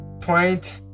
point